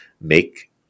make